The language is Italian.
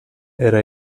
era